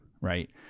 Right